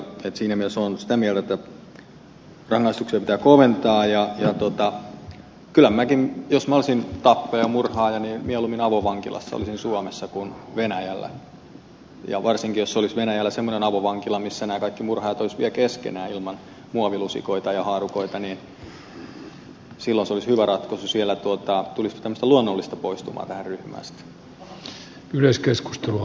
siinä mielessä olen sitä mieltä että rangaistuksia pitää koventaa ja kyllä minäkin jos minä olisin tappaja ja murhaaja mieluummin avovankilassa olisin suomessa kuin venäjällä varsinkin jos olisi venäjällä semmoinen avovankila missä nämä kaikki murhaajat olisivat vielä keskenään ilman muovilusikoita ja haarukoita niin silloin se olisi hyvä ratkaisu